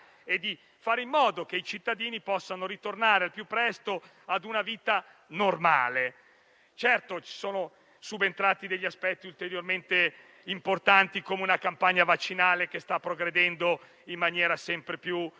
di fare in modo che i cittadini possano tornare al più presto ad una vita normale. Certamente sono subentrati aspetti ulteriormente importanti, come la campagna vaccinale, che sta progredendo in maniera sempre più